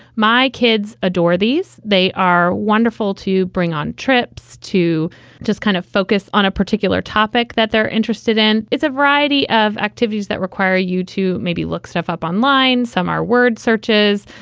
my kids adore these. they are wonderful to bring on trips to just kind of focus on a particular topic that they're interested in. it's a variety of activities that require you to maybe look stuff up online. some are word searches,